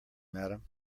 madam